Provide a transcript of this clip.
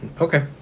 Okay